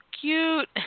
cute